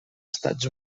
estats